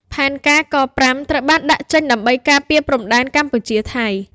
ផែនការ ក-៥" ត្រូវបានដាក់ចេញដើម្បីការពារព្រំដែនកម្ពុជា-ថៃ។